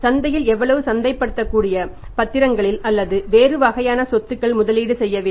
சந்தையில் எவ்வளவு சந்தைப்படுத்தக்கூடிய பத்திரங்களில் அல்லது வேறு வகையான சொத்துக்களில் முதலீடு செய்ய வேண்டும்